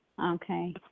Okay